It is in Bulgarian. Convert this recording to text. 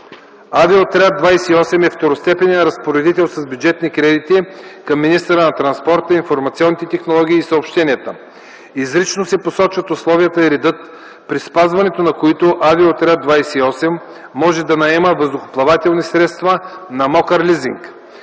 Авиоотряд 28 е второстепенен разпоредител с бюджетни кредити към министъра на транспорта, информационните технологии и съобщенията. Изрично се посочват условията и редът, при спазването на които Авиоотряд 28 може да наема въздухоплавателни средства на мокър лизинг.